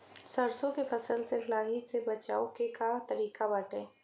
सरसो के फसल से लाही से बचाव के का तरीका बाटे?